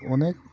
अनेख